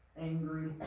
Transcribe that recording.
angry